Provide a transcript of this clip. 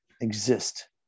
exist